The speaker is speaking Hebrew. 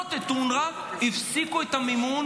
שמממנות את אונר"א הפסיקו את המימון,